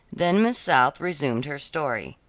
then miss south resumed her story.